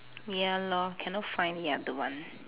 ya lor cannot find the other one